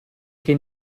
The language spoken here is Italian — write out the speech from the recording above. che